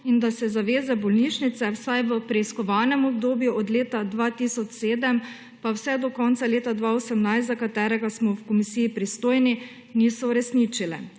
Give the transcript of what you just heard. in da se zaveza bolnišnice vsaj v preiskovanem obdobju od leta 2007 pa vse do konca leta 2018, za katerega smo v komisiji pristojni, niso uresničile.